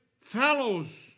fellows